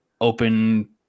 open